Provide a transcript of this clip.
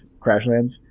Crashlands